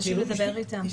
ובסופו של דבר, היעדר